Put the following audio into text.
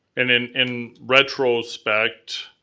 and in in retrospect,